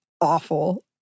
awful